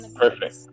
perfect